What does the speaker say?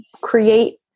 create